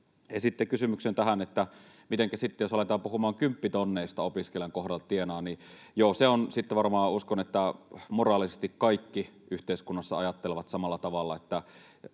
Esititte kysymyksen tähän, että mitenkä sitten, jos aletaan puhumaan kymppitonneista opiskelijan tienaamisen kohdalta, niin joo, se on sitten varmaan niin — uskon, että moraalisesti kaikki yhteiskunnassa ajattelevat samalla tavalla — että